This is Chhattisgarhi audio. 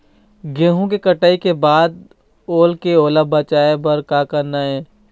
गेहूं के कटाई के बाद ओल ले ओला बचाए बर का करना ये?